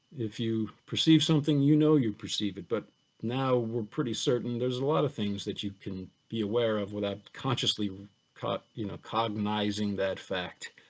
if you perceive something, you know you perceive it, but now we're pretty certain there's a lot of things that you can be aware of without consciously you know cognizing that fact,